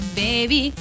baby